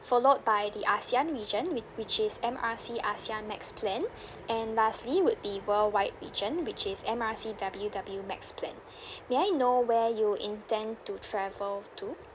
followed by the ASEAN region which which is M R C ASEAN max plan and lastly would be worldwide region which is M R C W W max plan may I know where you intend to travel to